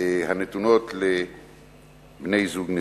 הנתונות לבני-זוג נשואים.